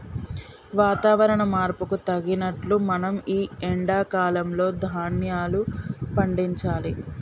వాతవరణ మార్పుకు తగినట్లు మనం ఈ ఎండా కాలం లో ధ్యాన్యాలు పండించాలి